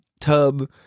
tub